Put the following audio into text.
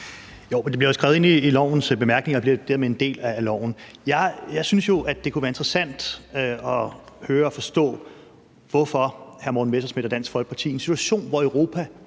Jo, men det bliver skrevet ind i lovens bemærkninger og bliver dermed en del af loven. Jeg synes jo, at det kunne være interessant at høre og forstå, hvorfor hr. Morten Messerschmidt og Dansk Folkeparti i en situation, hvor Europa